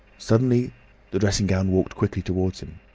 suddenly the dressing-gown walked quickly towards him.